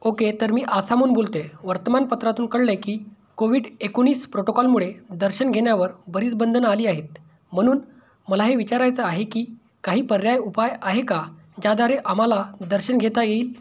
okay तर मी आसामहून बोलते वर्तमानपत्रातून कळले की कोविड एकोणावीस प्रोटोकॉलमुळे दर्शन घेण्यावर बरीच बंधन आली आहेत म्हणून मला हे विचारायचं आहे की काही पर्याय उपाय आहे का ज्याद्वारे आम्हाला दर्शन घेता येईल